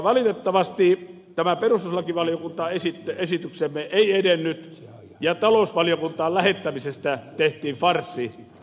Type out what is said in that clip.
valitettavasti perustuslakivaliokuntaan esityksemme ei edennyt ja talousvaliokuntaan lähettämisestä tehtiin farssi